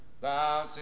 Thou